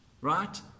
right